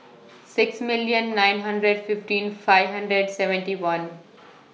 six million nine hundred fifteen five hundred seventy one